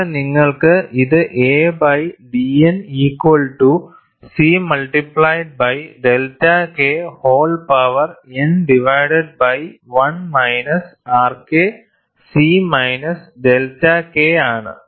ഇവിടെ നിങ്ങൾക്ക് ഇത് a by dN equal to C multiplied by delta K whole power n divided by 1 minus RK c minus delta K ആണ്